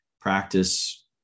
practice